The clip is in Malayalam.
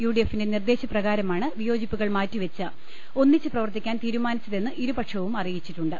യുഡിഎഫിന്റെ നിർദേശപ്രകാരമാണ് വിയോജിപ്പുകൾ മാറ്റിവെച്ച് ഒന്നിച്ച് പ്രവർത്തി ക്കാൻ തീരുമാനിച്ചതെന്ന് ഇരുപക്ഷവും അറിയിച്ചിട്ടുണ്ട്